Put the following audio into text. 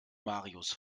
marius